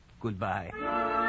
Goodbye